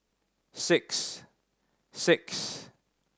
six six